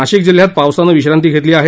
नाशिक जिल्ह्यात पावसानं विश्रांती घेतली आहे